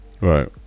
Right